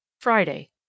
Friday